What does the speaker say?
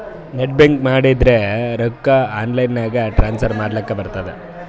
net banking ಮಾಡುರ್ ರೊಕ್ಕಾ online ನಾಗೆ ಟ್ರಾನ್ಸ್ಫರ್ ಮಾಡ್ಲಕ್ ಬರ್ತುದ್